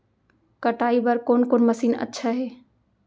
कटाई बर कोन कोन मशीन अच्छा हे?